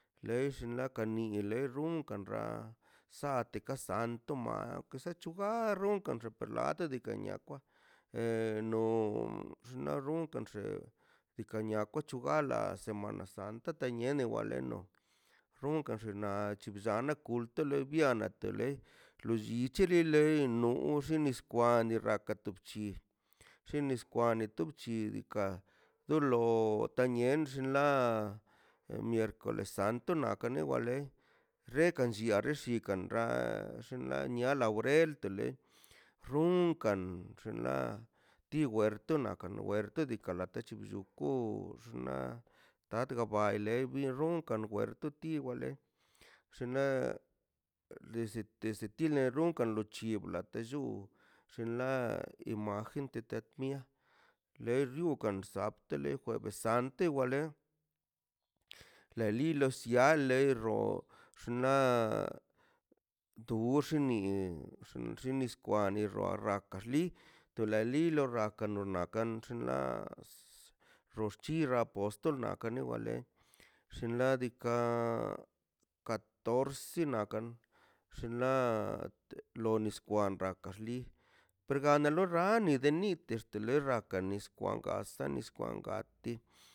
Lesh ḻa kani ḻe rrun kanrra saate ka santo maa pues masuc̱hu barron kan xon par ḻate deka niakaꞌ len no xnaꞌ rronka xe nika niaka c̱hubala semana santa teniene waḻeno rrunka xenaꞌ chup llanaꞌ kultele lebianaꞌ tele nolli c̱hele noxi nis kwanə rrakatu bc̱hi lle nis kwanə to bchi diikaꞌ doḻo tamnie xḻa miercoles santo naꞌ kane waḻe rrekan llia relli kan rra xinḻa nia laurel to ḻe rrunkan llen ḻa tiwer tonaꞌ kano wer tedikaꞌ ḻa techillo kon xnaꞌ gak baaiḻe bin ronkan wer to tir waḻe xllun ḻa des- desde tilen rrunkan lo chibla tellu sen ḻa imagen te temia ḻe riun kan sapte ḻe jueves santə waḻe ḻe li lo siale rro xnaꞌ duuxi nis kwan nirrua rraka ḻi tole li lo rraka nu nakan xnaꞌ s rros c̱hirra pos to lna kani waḻe xllin ḻa diikaꞌ katorce nakan xllin ḻa ḻoo nis kwan rrakasli per gaṉi ḻo rani de nite xt le rraka nis kwan kaz nis kwan kakti.